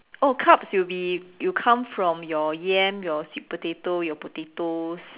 oh carbs will be you come from your yam your sweet potato your potatoes